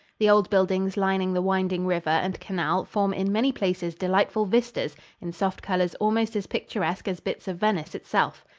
the old buildings lining the winding river and canal form in many places delightful vistas in soft colors almost as picturesque as bits of venice itself.